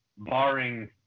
barring